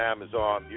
Amazon